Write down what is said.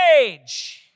age